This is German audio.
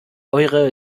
eure